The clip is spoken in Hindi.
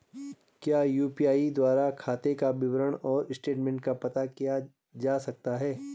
क्या यु.पी.आई द्वारा खाते का विवरण और स्टेटमेंट का पता किया जा सकता है?